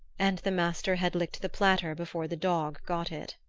and the master had licked the platter before the dog got it.